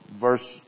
verse